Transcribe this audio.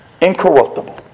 incorruptible